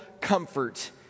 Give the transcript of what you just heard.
comfort